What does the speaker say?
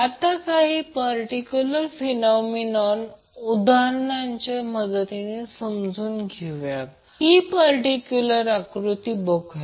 आता काही particular phenomenon उदाहरणांच्या मदतीने समजून घेऊया ही पर्टिक्यूलर आकृती बघूया